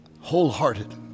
wholehearted